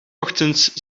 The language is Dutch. ochtends